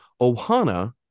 Ohana